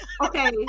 Okay